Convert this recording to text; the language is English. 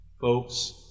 Folks